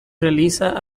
realiza